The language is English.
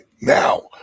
now